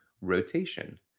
rotation